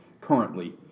currently